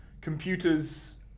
Computers